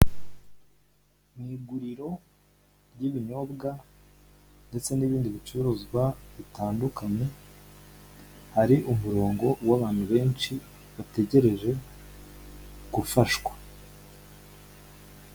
Mu iguriro ry'ibinyobwa ndetse n'ibindi bicuruzwa bitandukanye hari umurongo w'abantu benshi bategereje gufashwa.